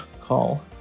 call